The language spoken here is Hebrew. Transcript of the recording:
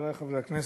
חברי חברי הכנסת,